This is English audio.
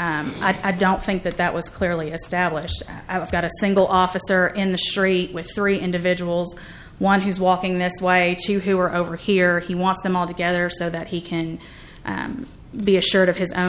i don't think that that was clearly established i've got a single officer in the street with three individuals one who's walking this way to you who are over here he wants them all together so that he can be assured of his own